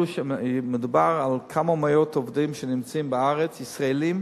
מדובר על כמה מאות עובדים שנמצאים בארץ, ישראלים,